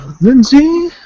Lindsay